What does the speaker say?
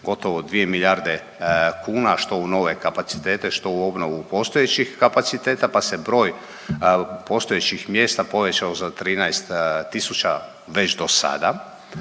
gotovo 2 milijarde kuna, što u nove kapacitete, što u obnovu postojećih kapaciteta pa se broj postojećih mjesta povećao za 13 tisuća već do sada.